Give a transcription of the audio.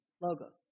logos